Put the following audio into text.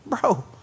bro